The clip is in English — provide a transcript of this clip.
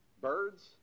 birds